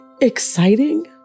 exciting